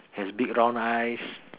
has big round eyes